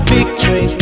Victory